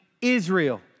Israel